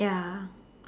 ya